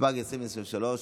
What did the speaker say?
התשפ"ג 2023,